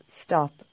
stop